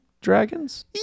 dragons